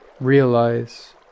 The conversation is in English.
Realize